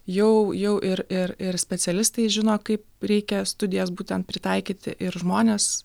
jau jau ir ir ir specialistai žino kaip reikia studijas būtent pritaikyti ir žmonės